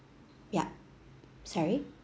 yup sorry